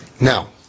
Now